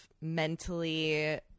mentally